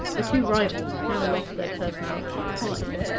the two rivals had now lost their personality quite.